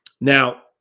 Now